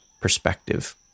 perspective